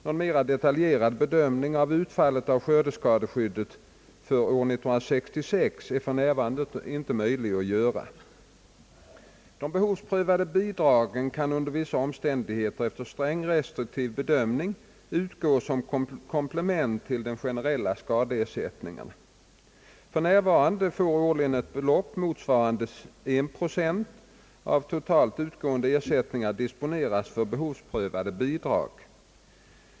Någon mera detaljerad bedömning av utfallet av skördeskadeskyddet för år 1966 är f.n. ej möjlig att göra. De behovsprövade bidragen kan under vissa omständigheter efter strängt restriktiv bedömning utgå såsom komplement till de generella skadeersättningarna. F.n. får årligen ett belopp motsvarande en procent av totalt utgående ersättningar disponeras för behovsprövade bidrag.